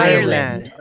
Ireland